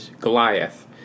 Goliath